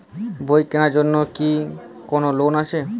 বই কেনার জন্য কি কোন লোন আছে?